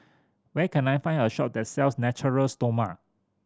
where can I find a shop that sells Natura Stoma